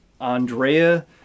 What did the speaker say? Andrea